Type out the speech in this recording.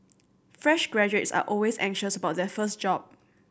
fresh graduates are always anxious about their first job